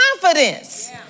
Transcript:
confidence